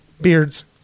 beards